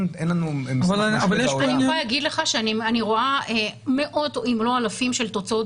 אני יכולה להגיד לך שאני רואה מאות אם לא אלפים תוצאות